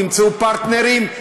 תמצאו פרטנרים,